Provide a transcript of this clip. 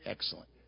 Excellent